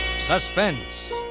Suspense